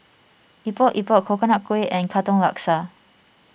Epok Epok Coconut Kuih and Katong Laksa